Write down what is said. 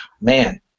man